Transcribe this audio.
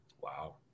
Wow